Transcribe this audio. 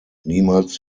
niemals